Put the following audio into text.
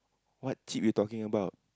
what chip you talking about